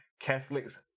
Catholics